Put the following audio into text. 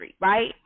right